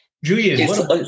Julian